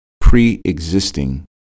Pre-existing